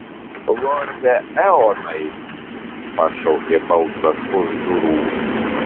lorde eonai pašaukė balsas už durų